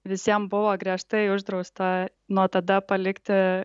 visiem buvo griežtai uždrausta nuo tada palikti